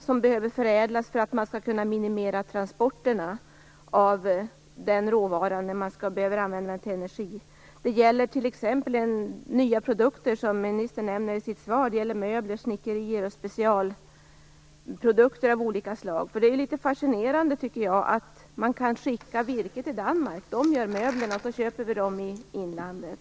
Denna behöver förädlas för att man skall kunna minimera transporterna av den råvaran i energisammanhang. Det gäller också t.ex. nya produkter, som ministern nämner i sitt svar. Det handlar då om möbler, snickerier och specialprodukter av olika slag. Jag tycker att det är fascinerande att man skickar virke till Danmark. Där görs möbler som sedan köps i inlandet.